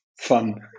fun